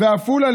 עפולה,